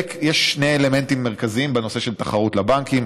יש שני אלמנטים מרכזיים בנושא של תחרות לבנקים: